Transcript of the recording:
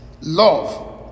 love